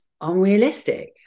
unrealistic